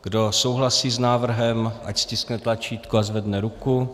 Kdo souhlasí s návrh, ať stiskne tlačítko a zvedne ruku.